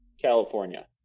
California